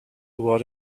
what